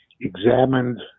examined